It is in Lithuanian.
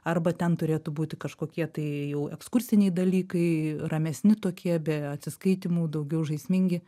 arba ten turėtų būti kažkokie tai jau ekskursiniai dalykai ramesni tokie be atsiskaitymų daugiau žaismingi